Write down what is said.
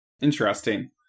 Interesting